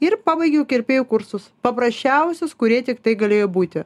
ir pabaigiau kirpėjų kursus paprasčiausius kurie tiktai galėjo būti